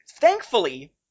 thankfully